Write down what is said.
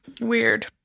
Weird